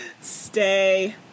Stay